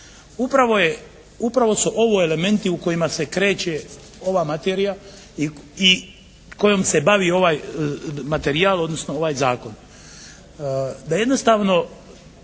Upravo su ovo elementi u kojima se kreće ova materija i kojom se bavi ovaj materijal, odnosno ovaj zakon,